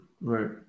Right